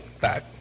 back